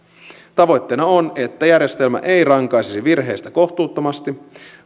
tavoitteena on että järjestelmä ei rankaisisi virheistä kohtuuttomasti